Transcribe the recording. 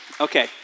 Okay